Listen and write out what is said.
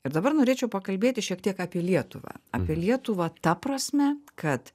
ir dabar norėčiau pakalbėti šiek tiek apie lietuvą apie lietuvą ta prasme kad